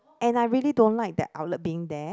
and I really don't like the outlet being there